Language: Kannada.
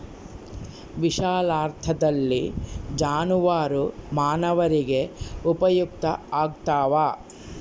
ವಿಶಾಲಾರ್ಥದಲ್ಲಿ ಜಾನುವಾರು ಮಾನವರಿಗೆ ಉಪಯುಕ್ತ ಆಗ್ತಾವ